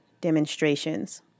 demonstrations